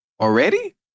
Already